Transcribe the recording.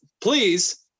please